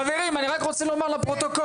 חברים, אני רק רוצה לומר לפרוטוקול.